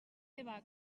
eva